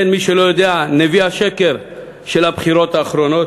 כן, מי שלא יודע, נביא השקר של הבחירות האחרונות,